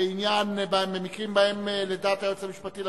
התשע"א 2010,